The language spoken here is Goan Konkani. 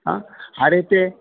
आरे ते